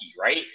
right